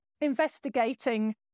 investigating